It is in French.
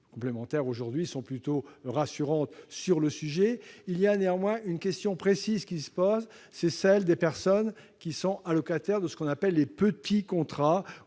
Les complémentaires sont aujourd'hui plutôt rassurantes sur le sujet. Néanmoins, une question précise se pose : celle des personnes allocataires de ce qu'on appelle les petits contrats,